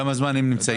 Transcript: כמה זמן הם נמצאים שם?